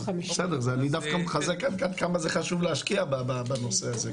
אני מחזק כמה חשוב להשקיע בנושא הזה.